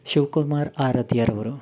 Shivakumar ಆರಾಧ್ಯರವರು